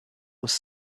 was